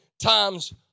times